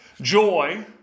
Joy